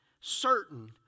certain